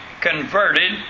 converted